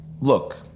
look